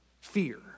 fear